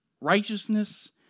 Righteousness